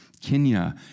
Kenya